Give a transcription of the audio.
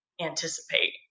anticipate